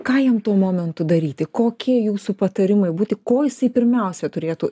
ką jam tuo momentu daryti kokie jūsų patarimai būti ko jisai pirmiausia turėtų